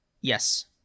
Yes